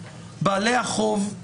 בעלי החוב,